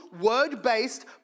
word-based